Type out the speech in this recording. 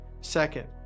Second